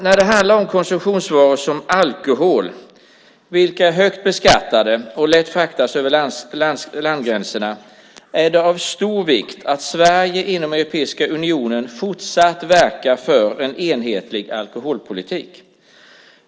När det handlar om en konsumtionsvara som alkoholen, som är högt beskattad och som lätt fraktas över landgränser, är det av stor vikt att Sverige inom Europeiska unionen fortsatt verkar för en enhetlig alkoholpolitik.